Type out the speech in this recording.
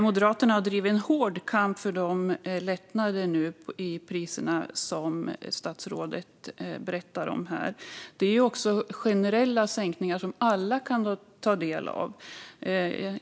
Moderaterna har drivit en hård kamp för de lättnader i priserna som statsrådet berättar om här, och det är ju generella lättnader som alla kan ta del av.